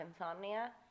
insomnia